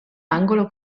angolo